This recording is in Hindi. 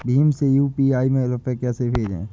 भीम से यू.पी.आई में रूपए कैसे भेजें?